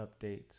updates